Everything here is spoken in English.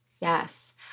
yes